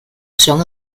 son